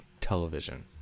television